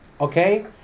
Okay